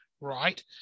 right